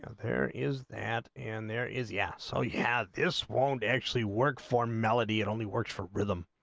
ah there is that and there is yet so you have this won't actually work for melody and only works for rhythm